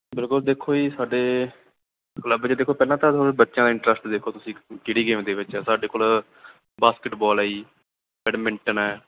ਬਿਲਕੁਲ ਦੇਖੋ ਜੀ ਸਾਡੇ ਕਲੱਬ 'ਚ ਦੇਖੋ ਪਹਿਲਾਂ ਤਾਂ ਬੱਚਿਆਂ ਦਾ ਇੰਟਰਸਟ ਦੇਖੋ ਤੁਸੀਂ ਕਿਹੜੀ ਗੇਮ ਦੇ ਵਿੱਚ ਹੈ ਸਾਡੇ ਕੋਲ ਬਾਸਕਿਟਬਾਲ ਹੈ ਜੀ ਬੈਡਮਿੰਟਨ ਹੈ